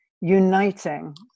uniting